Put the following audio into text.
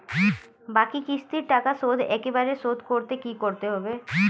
বাকি কিস্তির টাকা শোধ একবারে শোধ করতে কি করতে হবে?